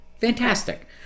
Fantastic